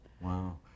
Wow